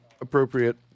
appropriate